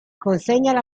consegnala